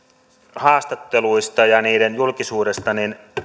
haastatteluista ja niiden julkisuudesta